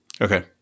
Okay